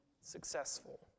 successful